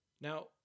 Now